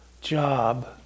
job